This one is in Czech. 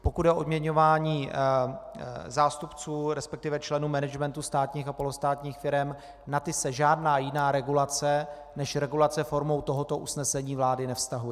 Pokud jde o odměňování zástupců, respektive členů managementu státních a polostátních firem, na ty se žádná jiná regulace než regulace formou tohoto usnesení vlády nevztahuje.